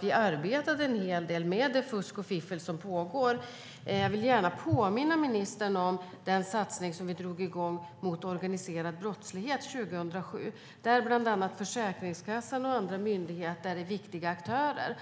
Vi arbetade en hel del med det fusk och fiffel som pågår. Låt mig påminna ministern om den satsning mot organiserad brottslighet som vi drog igång 2007. Där är Försäkringskassan och andra myndigheter viktiga aktörer.